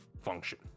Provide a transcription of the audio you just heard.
function